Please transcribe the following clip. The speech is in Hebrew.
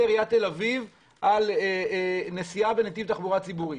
עיריית תל אביב על נסיעה בנתיב תחבורה ציבורית.